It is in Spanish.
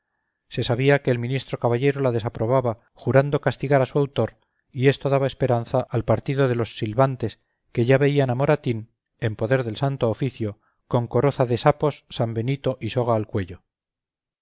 se sabía que el ministro caballero la desaprobaba jurando castigar a su autor y esto daba esperanza al partido de los silbantes que ya veían a moratín en poder del santo oficio con coroza de sapos sambenito y soga al cuello